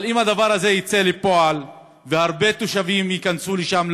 אבל אם הדבר הזה יצא לפועל והרבה תושבים ייכנסו לשם,